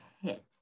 hit